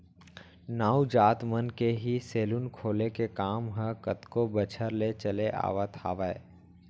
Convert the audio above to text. नाऊ जात मन के ही सेलून खोले के काम ह कतको बछर ले चले आवत हावय